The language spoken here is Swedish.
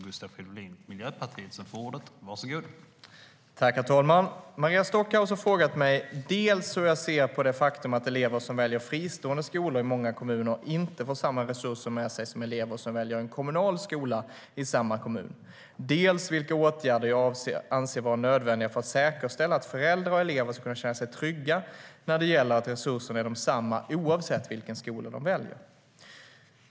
Herr talman! Maria Stockhaus har frågat mig dels hur jag ser på det faktum att elever som väljer fristående skolor i många kommuner inte får samma resurser med sig som elever som väljer en kommunal skola i samma kommun, dels vilka åtgärder jag anser vara nödvändiga för att säkerställa att föräldrar och elever ska kunna känna sig trygga när det gäller att resurserna är desamma oavsett vilken skola de väljer.